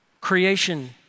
Creation